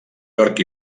york